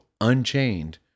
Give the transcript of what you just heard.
Unchained